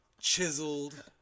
chiseled